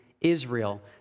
Israel